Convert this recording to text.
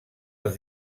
els